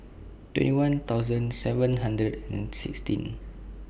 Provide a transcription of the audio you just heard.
twenty one thousand seven hundred and sixteen